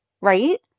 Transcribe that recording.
right